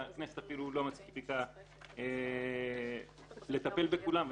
שהכנסת אפילו לא מספיקה לטפל בכולם,